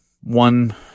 one